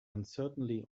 uncertainly